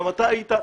גם אתה היית,